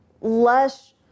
lush